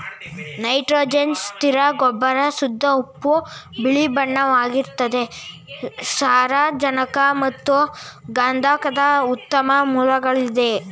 nitrogen ಸ್ಥಿರ ಗೊಬ್ಬರ ಶುದ್ಧ ಉಪ್ಪು ಬಿಳಿಬಣ್ಣವಾಗಿರ್ತದೆ ಸಾರಜನಕ ಮತ್ತು ಗಂಧಕದ ಉತ್ತಮ ಮೂಲಗಳಾಗಿದೆ